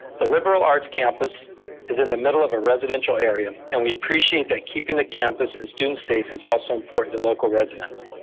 the liberal arts campus is in the middle of a residential area, and we appreciate that keeping the campus and students safe is also important to local residents.